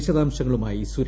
വിശദാംശങ്ങളുമായി സുരേഷ്